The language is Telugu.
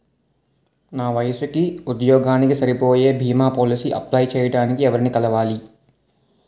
నా వయసుకి, ఉద్యోగానికి సరిపోయే భీమా పోలసీ అప్లయ్ చేయటానికి ఎవరిని కలవాలి?